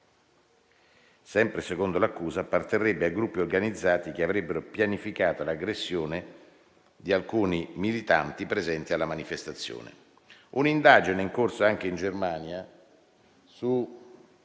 sempre secondo l'accusa, apparterrebbe a gruppi organizzati che avrebbero pianificato l'aggressione di alcuni militanti presenti alla manifestazione. Un'indagine è in corso anche in Germania su